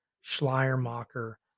Schleiermacher